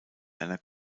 einer